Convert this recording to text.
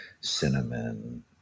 cinnamon